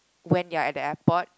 when you are at the airport